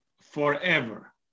forever